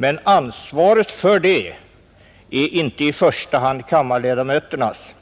Men ansvaret för det är inte i första hand kammarledamöternas,